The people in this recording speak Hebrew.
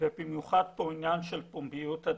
ובמיוחד עניין של פומביות הדיון.